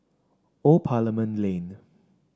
Old Parliament Lane